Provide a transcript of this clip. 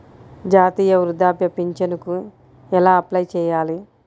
జాతీయ వృద్ధాప్య పింఛనుకి ఎలా అప్లై చేయాలి?